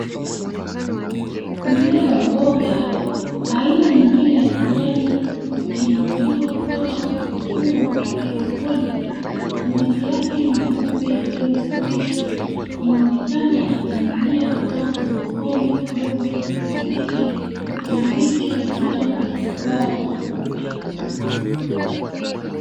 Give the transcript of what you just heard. Mmea wa mboga aina nyingine ya kijani ukiinuliwa kutoka kwenye mfumo wa haidroponi. Mizizi yake mieupe iliyosafishwa inaonekana ikining'inia kutoka kwenye kikombe kidogo cha plastiki, kilichoingizwa kwenye jukwaa jeupe.